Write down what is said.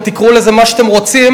או תקראו לזה איך שאתם רוצים,